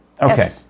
Okay